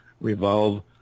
revolve